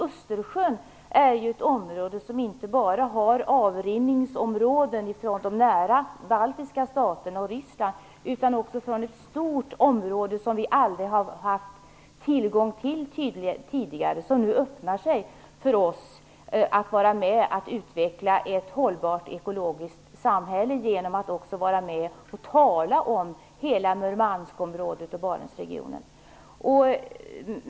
Östersjön har ju inte bara avrinningsområden från de nära balitska staterna och Ryssland, utan också från ett stort område som vi aldrig tidigare haft tillgång till. Det öppnas nu för oss, och vi får vara med och utveckla ett hållbart ekologiskt samhälle genom att också tala om hela Murmanskområdet och Barentsregionen.